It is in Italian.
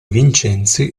vincenzi